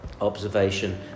Observation